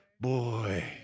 boy